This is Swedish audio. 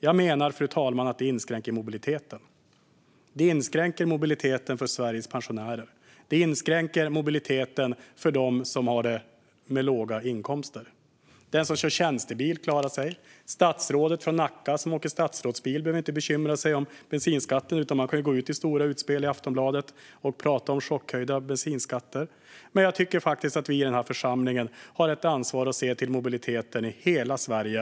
Jag menar att detta inskränker mobiliteten, fru talman. Det inskränker mobiliteten för Sveriges pensionärer. Det inskränker mobiliteten för dem som har låga inkomster. Den som kör tjänstebil klarar sig. Statsrådet från Nacka, som åker statsrådsbil, behöver inte bekymra sig om bensinskatten utan kan göra stora utspel i Aftonbladet och prata om chockhöjda bensinskatter. Men jag tycker faktiskt att vi i den här församlingen har ett ansvar att se till mobiliteten i hela Sverige.